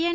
N